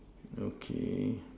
okay